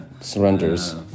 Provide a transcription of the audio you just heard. surrenders